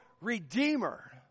redeemer